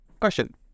Question